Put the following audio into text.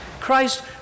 Christ